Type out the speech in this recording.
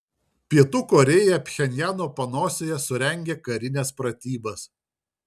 pietų korėja pchenjano panosėje surengė karines pratybas